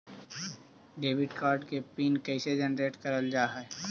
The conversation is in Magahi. डेबिट कार्ड के पिन कैसे जनरेट करल जाहै?